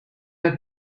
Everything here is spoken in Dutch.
het